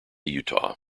utah